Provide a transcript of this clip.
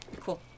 Cool